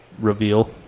reveal